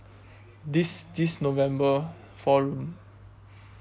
this this november four room